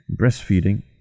breastfeeding